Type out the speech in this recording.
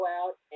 out